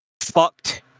fucked